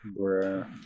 Bruh